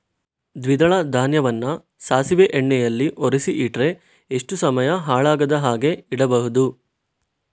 ದ್ವಿದಳ ಧಾನ್ಯವನ್ನ ಸಾಸಿವೆ ಎಣ್ಣೆಯಲ್ಲಿ ಒರಸಿ ಇಟ್ರೆ ಎಷ್ಟು ಸಮಯ ಹಾಳಾಗದ ಹಾಗೆ ಇಡಬಹುದು?